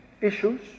issues